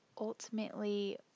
Ultimately